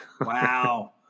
Wow